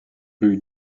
rue